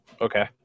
Okay